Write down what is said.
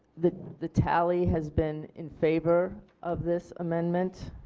the the tally has been in favor of this amendment